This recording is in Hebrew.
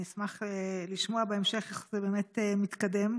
אני אשמח לשמוע בהמשך איך זה באמת מתקדם,